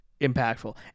impactful